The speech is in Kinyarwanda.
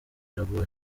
biragoye